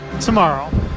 tomorrow